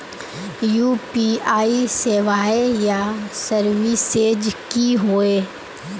UPI सेवाएँ या services की होय?